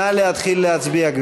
נא להתחיל להצביע.